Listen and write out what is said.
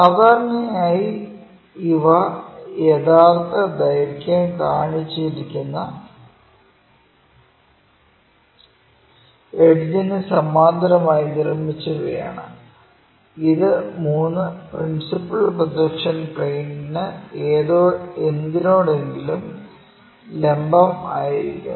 സാധാരണയായി ഇവ യഥാർത്ഥ ദൈർഘ്യം കാണിച്ചിരിക്കുന്ന എഡ്ജിനു സമാന്തരമായി നിർമ്മിച്ചവയാണ് ഇത് മൂന്ന് പ്രിൻസിപ്പൽ പ്രോജെക്ഷൻ പ്ലെയിൻസിനു ഏതിനോടെങ്കിലും ലംബം ആയിരിക്കും